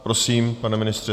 Prosím, pane ministře.